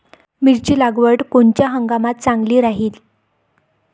मिरची लागवड कोनच्या हंगामात चांगली राहीन?